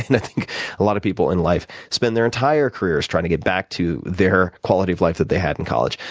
and i think a lot of people in life spend their entire careers trying to get back to their quality of life that they had in college.